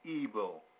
evil